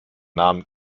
namen